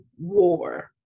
war